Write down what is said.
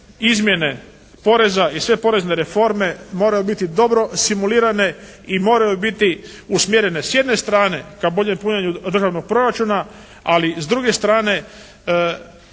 izmjene poreza i sve porezne reforme moraju biti dobro simulirane i moraju biti usmjerene s jedne strane ka boljem punjenju državnog proračuna, ali s druge strane